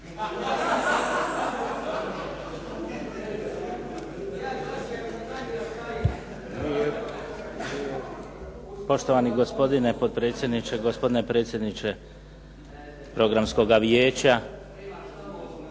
Poštovani gospodine potpredsjedniče, gospodine predsjedniče Programskoga vijeća,